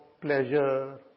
pleasure